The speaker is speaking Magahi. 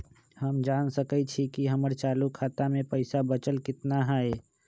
हम जान सकई छी कि हमर चालू खाता में पइसा बचल कितना हई